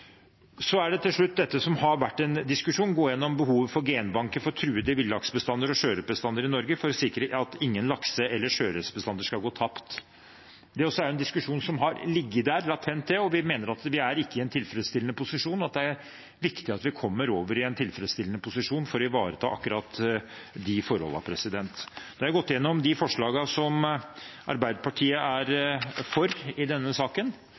Så er det til slutt dette som har vært en diskusjon: å gå gjennom behovet for genbanker for truede villaksbestander og sjøørretbestander i Norge for å sikre at ingen lakse- eller sjøørretbestander skal gå tapt. Det er også en diskusjon som har ligget der latent, og vi mener at vi ikke er i en tilfredsstillende posisjon, og at det er viktig at vi kommer over i en tilfredsstillende posisjon for å ivareta akkurat de forholdene. Nå har jeg gått gjennom de forslagene som Arbeiderpartiet er for i denne saken.